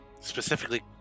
Specifically